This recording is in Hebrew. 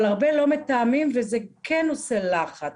אבל הרבה לא מתאמים, וזה כן עושה לחץ.